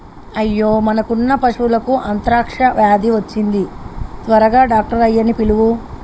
అయ్యో మనకున్న పశువులకు అంత్రాక్ష వ్యాధి వచ్చింది త్వరగా డాక్టర్ ఆయ్యన్నీ పిలువు